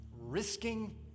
Risking